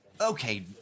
Okay